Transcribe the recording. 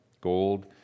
gold